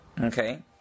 Okay